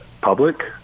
public